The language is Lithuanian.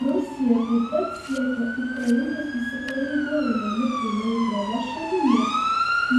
rusija taip pat siekia ukrainos įsipareigojimo likti neutralia šalimi